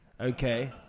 okay